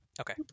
Okay